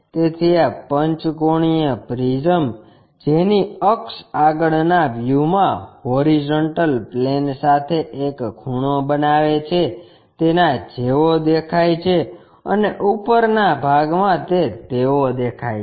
તેથી આ પંચકોણિય પ્રિઝમ જેની અક્ષ આગળના વ્યૂમાં હોરીઝોન્ટલ પ્લેન સાથે એક ખૂણો બનાવે છે તેના જેવો દેખાય છે અને ઉપરના ભાગમાં તે તેવો દેખાય છે